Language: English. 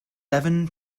seven